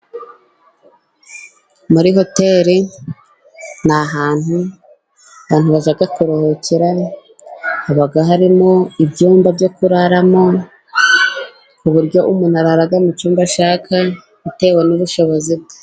Muri hoteli ni ahantu abantu baza kuruhukira. Haba harimo ibyumba byo kuraramo. ku buryo umuntu arara mu cyumba ashaka, bitewe n'ubushobozi bwe.